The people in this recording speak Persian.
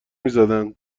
میزدن